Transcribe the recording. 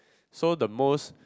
so the most